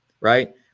right